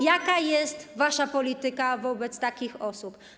Jaka jest wasza polityka wobec takich osób?